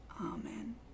Amen